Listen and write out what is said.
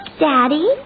Daddy